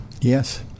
Yes